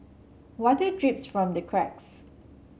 water drips from the cracks